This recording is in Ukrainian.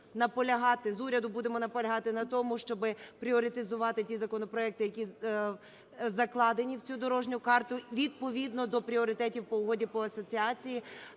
з уряду будемо наполягати на тому, щоб пріоритезувати ті законопроекти, які закладені в цю дорожню карту відповідно до пріоритетів по Угоді про асоціацію